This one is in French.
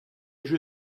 jeu